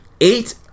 eight